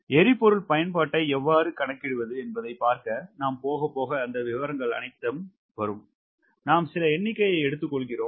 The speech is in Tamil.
எரிபொருள் பயன்பாட்டை எவ்வாறு கணக்கிடுவது என்பதைப் பார்க்க நாம் போக போக அந்த விவரங்கள் அனைத்தும் வரும் நாம் சில எண்ணிக்கையை எடுத்துக்கொள்கிறோம்